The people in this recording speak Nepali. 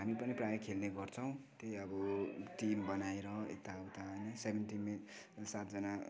हामी पनि प्राय खेल्ने गर्छौँ त्यही अब टिम बनाएर यता उता सेभेन टिम सातजना